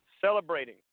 celebrating